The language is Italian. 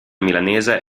milanese